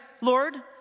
Lord